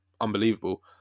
unbelievable